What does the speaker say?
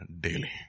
daily